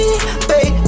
baby